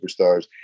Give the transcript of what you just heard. superstars